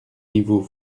niveau